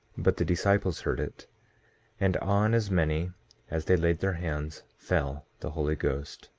but the disciples heard it and on as many as they laid their hands, fell the holy ghost.